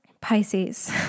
Pisces